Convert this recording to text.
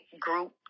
group